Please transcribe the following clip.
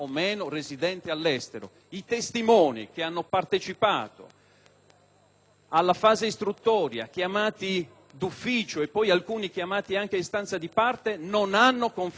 alla fase istruttoria, chiamati d'ufficio, alcuni chiamati anche a istanza di parte, non hanno confermato che il senatore risiedesse in quell'appartamento da lui stesso